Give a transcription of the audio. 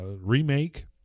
remake